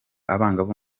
abangavu